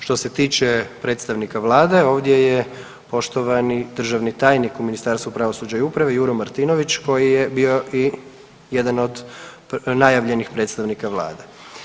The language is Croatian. Što se tiče predstavnika vlade ovdje je poštovani državni tajnik u Ministarstvu pravosuđa i uprave Juro Martinović koji je bio i jedan od najavljenih predstavnika vlade.